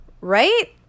right